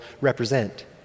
represent